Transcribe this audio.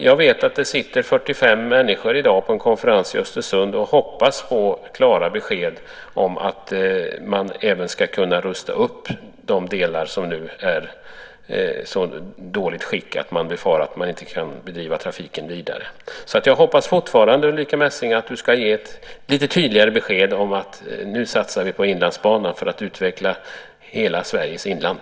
Jag vet att det sitter 45 människor i dag på en konferens i Östersund och hoppas på klara besked om att man även ska kunna rusta upp de delar som nu är i så dåligt skick att man befarar att man inte kan driva trafiken vidare. Jag hoppas fortfarande, Ulrica Messing, att du ska ge ett lite tydligare besked om att vi nu ska satsa på Inlandsbanan för att utveckla hela Sveriges inland.